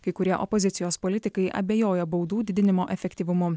kai kurie opozicijos politikai abejoja baudų didinimo efektyvumu